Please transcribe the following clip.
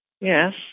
Yes